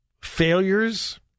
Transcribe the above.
failures